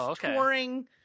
touring